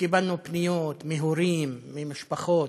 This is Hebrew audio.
וקיבלנו פניות מהורים, ממשפחות.